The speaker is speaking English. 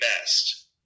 best